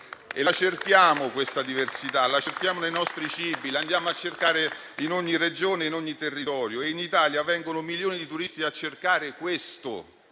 La cerchiamo, questa diversità, nei nostri cibi, l'andiamo a cercare in ogni Regione, in ogni territorio e in Italia vengono milioni di turisti a cercare questo.